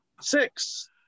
Six